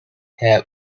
have